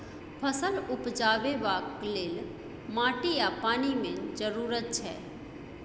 फसल उपजेबाक लेल माटि आ पानि मेन जरुरत छै